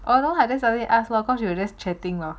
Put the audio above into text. oh lor I just suddenly ask what cause we were just chatting lor